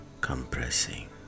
compressing